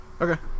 Okay